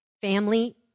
Family